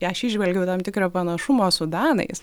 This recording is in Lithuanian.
aš įžvelgiau tam tikrą panašumą su danais